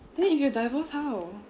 then if you divorce how